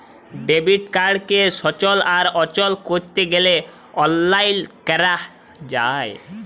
debit কাড়কে সচল আর অচল ক্যরতে গ্যালে অললাইল ক্যরা যায়